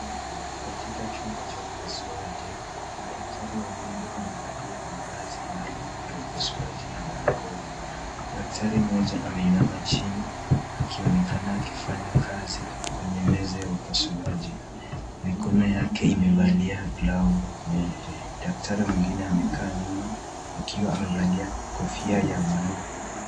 Katika chumba cha upasuaji, madaktari wawili wamevalia mavazi maalum ya upasuaji na barakoa. Daktari moja ameinama chini akionekana akifanya kazi kwenye meza ya upasuaji. Mikono yake imevalia glavu meupe. Daktari mwengine amekaa nyuma akiwa amevalia kofia ya buluu.